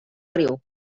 riu